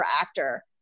actor